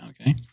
Okay